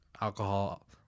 Alcohol